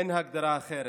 אין הגדרה אחרת.